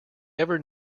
ever